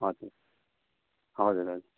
हजुर हजुर हजुर